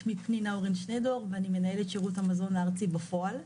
שמי פנינה אורן שנידור ואני מנהלת שירות המזון הארצי בפועל.